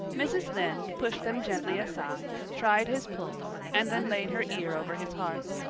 mrs. lynde pushed them gently aside, tried his pulse, and then laid her ear over his heart.